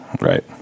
Right